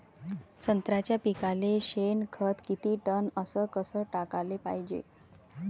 संत्र्याच्या पिकाले शेनखत किती टन अस कस टाकाले पायजे?